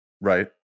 right